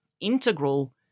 integral